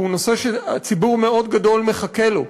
והוא נושא שציבור מאוד גדול מחכה לו,